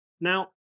Now